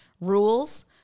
rules